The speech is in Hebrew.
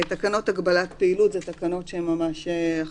"תקנות הגבלת פעילות" תקנות שעת